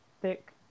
thick